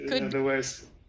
otherwise